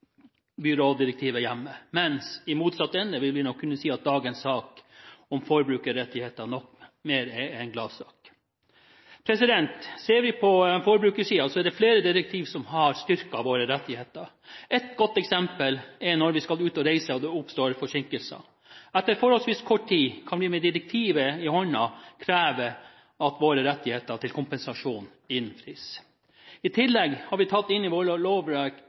vikarbyrådirektivet hjemme, mens vi i motsatt ende nok vil kunne si at dagens sak om forbrukerrettigheter mer er en gladsak. Ser vi på forbrukersiden, er det flere direktiv som har styrket våre rettigheter. Et godt eksempel er når vi skal ut å reise og det oppstår forsinkelser. Etter forholdsvis kort tid kan vi med direktivet i hånden kreve at våre rettigheter til kompensasjon innfris. I tillegg har vi tatt inn i